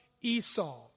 Esau